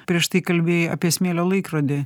prieš tai kalbėjai apie smėlio laikrodį